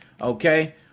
Okay